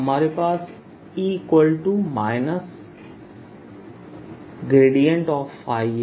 हमारे पास E है